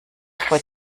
freut